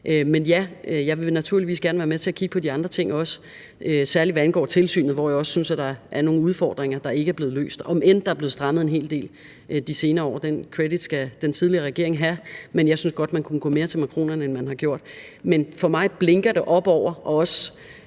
Men ja, jeg vil naturligvis gerne være med til at kigge på de andre ting også, særlig hvad angår tilsynet, hvor jeg også synes, at der er nogle udfordringer, der ikke er blevet løst, om end der er blevet strammet op en hel del de senere år. Den credit skal den tidligere regering have, men jeg synes godt, at man kunne gå mere til makronerne, end man har gjort. Men for mig blinker det og er op